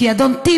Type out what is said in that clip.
כי, אדון טיבי,